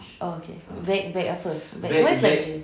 oh okay bag bag beg-beg apa what's like the